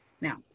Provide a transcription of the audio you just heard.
Now